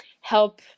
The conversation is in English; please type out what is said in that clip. help